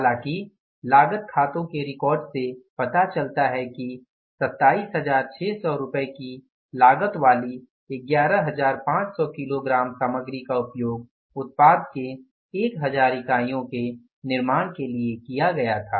हालांकि लागत खातों के रिकॉर्ड से पता चलता है कि 27600 रुपये की लागत वाली 11500 किलोग्राम सामग्री का उपयोग उत्पाद के 1000 इकाइयों के निर्माण के लिए किया गया था